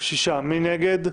מי נגד?